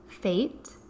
fate